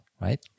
right